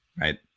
Right